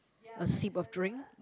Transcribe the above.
a sip of drink